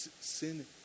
Sin